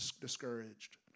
discouraged